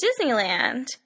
Disneyland